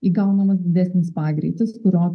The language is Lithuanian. įgaunamas didesnis pagreitis kurio